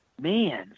man